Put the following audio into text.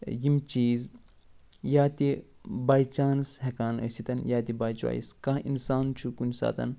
یِم چیٖز یا تہِ بَے چانٕس ہٮ۪کان ٲسِتھ یا تہِ بَے چۄیِس کانٛہہ اِنسان چھُ کُنہِ ساتہٕ